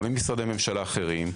גם עם משרדי ממשלה אחרים.